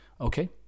okay